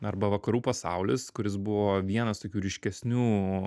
arba vakarų pasaulis kuris buvo vienas tokių ryškesnių